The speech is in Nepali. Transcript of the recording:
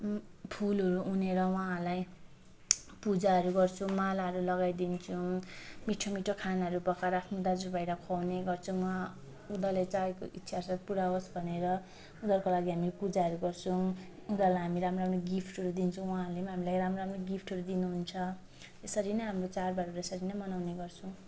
फुलहरू उनेर उहाँहरूलाई पूजाहरू गर्छौँ मालाहरू लगाइदिन्छौँ मिठो मिठो खानाहरू पकाएर आफ्नो दाजु भाइ र खुवाउने गर्छु म उनीहरूलाई चाहेको इच्छाहरू सब पूरा होस् भनेर उनीहरूको लागि हामी पूजाहरू गर्छौँ उनीहरूलाई हामी राम्रो राम्रो गिफ्टहरू दिन्छौँ उहाँहरूले हामीलाई राम्रो राम्रो गिफ्टहरू दिनु हुन्छ यसरी नै हाम्रो चाडबाडहरू यसरी नै मनाउने गर्छौँ